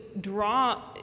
draw